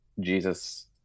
Jesus